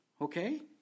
Okay